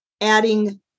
adding